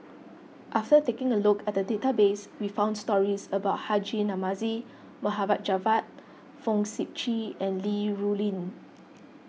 after taking a look at the database we found stories about Haji Namazie Mohd Javad Fong Sip Chee and Li Rulin